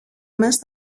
μες